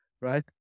right